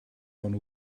von